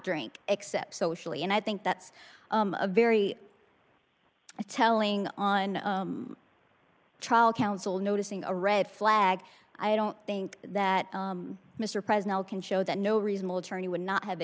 drink except socially and i think that's a very telling on trial counsel noticing a red flag i don't think that mr president can show that no reasonable turny would not have